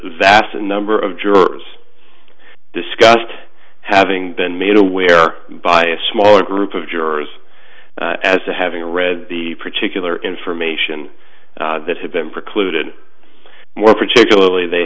vast a number of jurors discussed having been made aware by a small group of jurors as to having read the particular information that had been precluded more particularly they